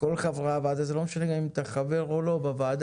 כל חברי הוועדה וזה לא משנה אם אתה חבר או לא בוועדה,